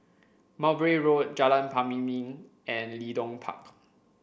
Mowbray Road Jalan Pemimpin and Leedon Park